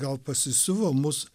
gal pasisiuvo mus